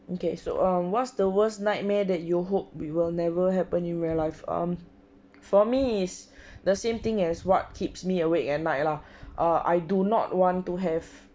okay so err what's the worst nightmare that you hope will never happen in real life um for me is the same thing as what keeps me awake at night lah err I do not want to have